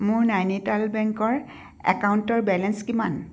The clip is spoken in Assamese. মোৰ নাইনিতাল বেংকৰ একাউণ্টৰ বেলেঞ্চ কিমান